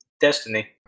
Destiny